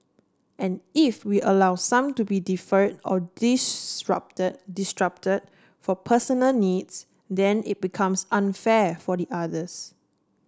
and if we allow some to be defer or disrupt disrupt for personal needs then it becomes unfair for the others